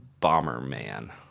Bomberman